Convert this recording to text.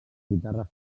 guitarra